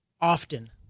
often